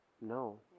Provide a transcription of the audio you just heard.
no